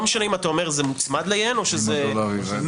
משנה אם אתה אומר "מוצמד ל-ין" או שזה 100 ין.